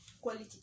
quality